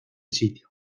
sitio